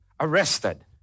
arrested